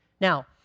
Now